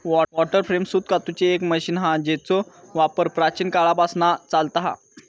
water frame सूत कातूची एक मशीन हा जेचो वापर प्राचीन काळापासना चालता हा